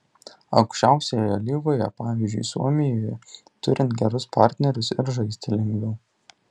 aukščiausioje lygoje pavyzdžiui suomijoje turint gerus partnerius ir žaisti lengviau